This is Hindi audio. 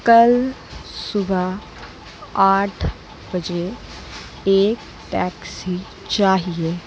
कल सुबह आठ बजे एक टैक्सी चाहिए